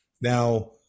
Now